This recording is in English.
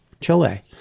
Chile